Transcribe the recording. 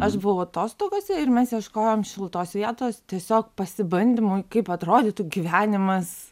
aš buvau atostogose ir mes ieškojom šiltos vietos tiesiog pasibandymui kaip atrodytų gyvenimas